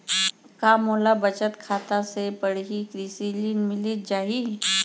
का मोला बचत खाता से पड़ही कृषि ऋण मिलिस जाही?